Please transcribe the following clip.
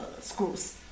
schools